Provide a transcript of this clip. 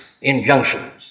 injunctions